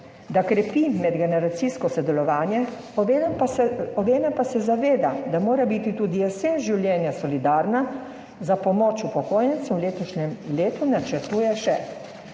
da krepi medgeneracijsko sodelovanje, obenem pa zaveda, da mora biti tudi jesen življenja solidarna, za pomoč upokojencem v letošnjem letu načrtuje še